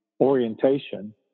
orientation